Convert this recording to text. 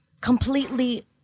completely